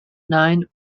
nine